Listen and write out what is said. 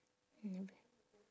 never